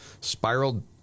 spiraled